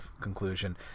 conclusion